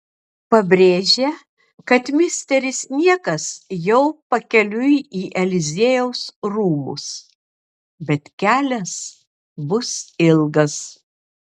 pabrėžia kad misteris niekas jau pakeliui į eliziejaus rūmus bet kelias bus ilgas